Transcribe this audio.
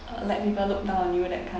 uh let people look down on you that kind